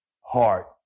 heart